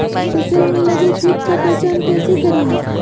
फ़सल में लगे किट का पहचान कैसे करे?